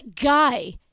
guy